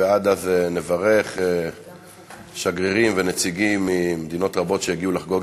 עד אז נברך שגרירים ונציגים ממדינות רבות שהגיעו לחגוג